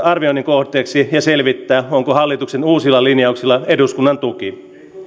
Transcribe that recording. arvioinnin kohteeksi ja selvittää onko hallituksen uusilla linjauksilla eduskunnan tuki